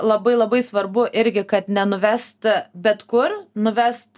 labai labai svarbu irgi kad nenuvest bet kur nuvest